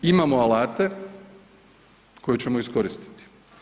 Imamo alate koje ćemo iskoristiti.